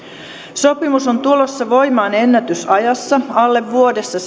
sopimus on tulossa voimaan ennätysajassa alle vuodessa